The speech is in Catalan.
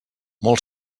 molt